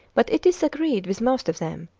but it disagreed with most of them,